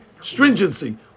stringency